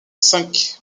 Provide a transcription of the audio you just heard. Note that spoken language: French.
cinq